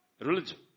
religion